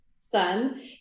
son